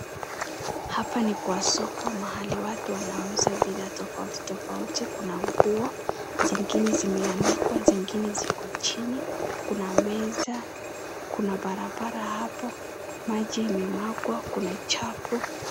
Hapa ni kwa soko mahali watu wanauza bidhaa tofauti tofauti kuna nguo, zingine zimeanikwa zingine ziko chini kuna meza kuna barabara hapo maji imemwagwa kuna chafu.